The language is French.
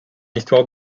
histoire